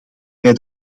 bij